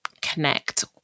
connect